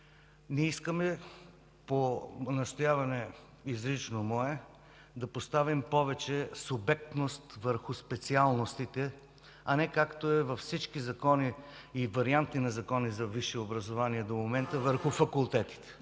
Ние искаме, по изрично мое настояване, да поставим повече субектност върху специалностите, а не както е във всички закони и варианти на закони за висше образование до момента – върху факултетите.